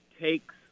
takes